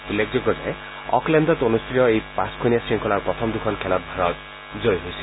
উল্লেখযোগ্য যে অকলেণ্ডত অনুষ্ঠিত এই পাঁচখনীয়া শংখলাৰ প্ৰথম দুখন খেলত ভাৰত জয়ী হৈছিল